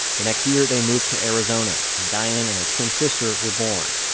the next year, they moved to arizona and diane and her twin sister were born.